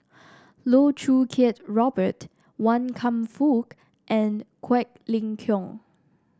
Loh Choo Kiat Robert Wan Kam Fook and Quek Ling Kiong